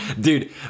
Dude